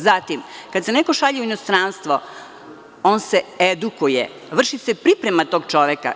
Zatim, kad se neko šalje u inostranstvo, on se edukuje, vrši se priprema tog čoveka.